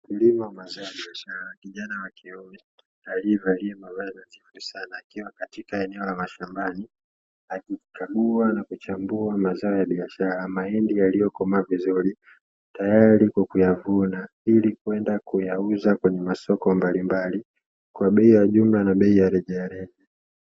Mkulima wa mazao ya biashara kijana wa kiume, aliye valia mavazi ya nadhifu sana, akiwa katika maeneo ya shambani akikagua na kuchambua mazao ya biashara, mahindi yaliyo komaa vizuri tayari kwa kuyavuna ili kwenda kuyauza kwenye masoko mbalimbali, kwa bei ya jumla na bei ya rejareja.